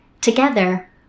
Together